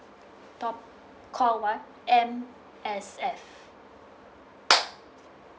talk call one M_S_F